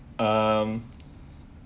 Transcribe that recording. um